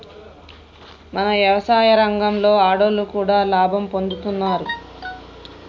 మన యవసాయ రంగంలో ఆడోళ్లు కూడా లాభం పొందుతున్నారు